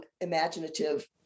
imaginative